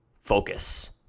focus